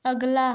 अगला